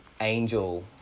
Angel